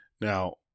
Now